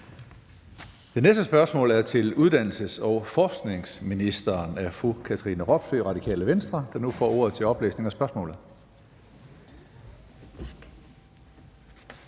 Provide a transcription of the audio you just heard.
Det næste spørgsmål er til uddannelses- og forskningsministeren af fru Katrine Robsøe, Radikale Venstre. Kl. 15:03 Spm. nr.